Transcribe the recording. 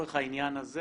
לצורך העניין הזה,